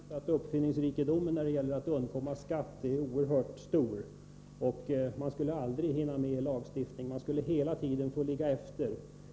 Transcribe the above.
Herr talman! Det är känt att uppfinningsrikedomen när det gäller att undkomma skatt är oerhört stor, och man skulle aldrig hinna med en lagstiftning. Man skulle hela tiden få ligga efter.